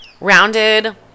rounded